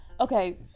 Okay